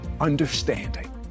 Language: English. Understanding